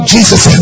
Jesus